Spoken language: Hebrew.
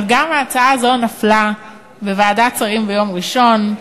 אבל גם ההצעה הזו נפלה בוועדת שרים ביום ראשון.